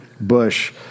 Bush